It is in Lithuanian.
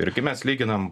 ir kai mes lyginam